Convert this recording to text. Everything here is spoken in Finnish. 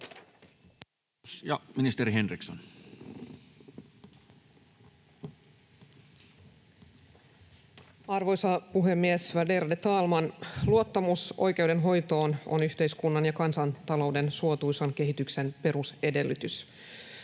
Content: Arvoisa puhemies, värderade talman! Luottamus oikeudenhoitoon on yhteiskunnan ja kansantalouden suotuisan kehityksen perusedellytys.